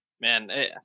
man